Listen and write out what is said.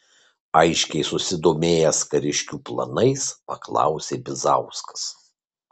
aiškiai susidomėjęs kariškių planais paklausė bizauskas